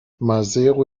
maseru